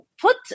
put